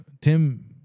Tim